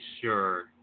sure